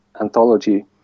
anthology